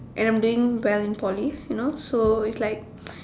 and I'm doing well in Poly you know so it's like